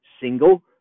single